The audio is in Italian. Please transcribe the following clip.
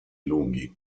lunghi